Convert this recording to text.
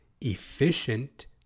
efficient